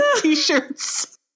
t-shirts